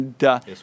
Yes